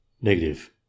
negative